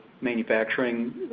manufacturing